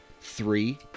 three